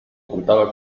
contaba